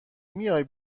میای